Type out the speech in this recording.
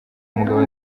umugabo